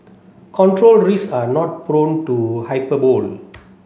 control risk are not prone to hyperbole